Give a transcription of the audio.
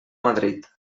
madrid